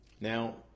Now